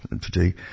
today